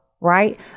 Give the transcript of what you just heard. right